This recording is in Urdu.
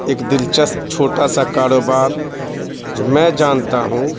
ایک دلچسپ چھوٹا سا کاروبار جو میں جانتا ہوں